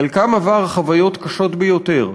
חלקם עבר חוויות קשות ביותר,